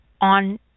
on